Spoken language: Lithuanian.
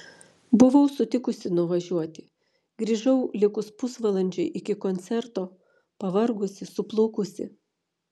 buvau sutikusi nuvažiuoti grįžau likus pusvalandžiui iki koncerto pavargusi suplukusi